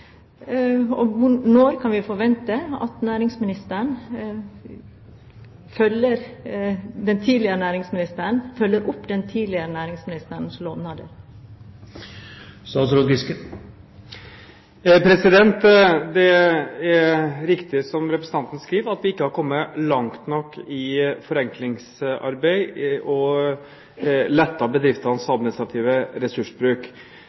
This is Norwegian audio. når kan vi forvente at næringsministeren følger opp den tidligere næringsministerens lovnader? Det er riktig som representanten sier, at vi ikke er kommet langt nok i forenklingsarbeidet for å lette bedriftenes administrative ressursbruk.